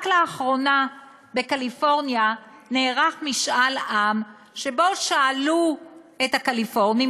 רק לאחרונה נערך בקליפורניה משאל עם שבו שאלו את הקליפורנים,